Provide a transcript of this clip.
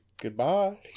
goodbye